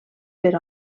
per